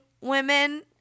women –